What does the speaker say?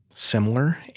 Similar